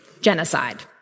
genocide